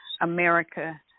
America